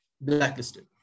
blacklisted